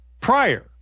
prior